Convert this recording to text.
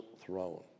throne